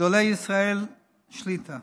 גדולי ישראל שליט"א